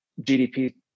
GDP